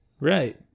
right